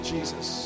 Jesus